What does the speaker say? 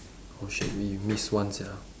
oh shit we miss one sia